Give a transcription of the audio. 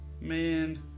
Man